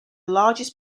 largest